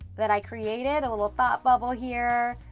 that i created, a little thought bubble here,